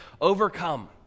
overcome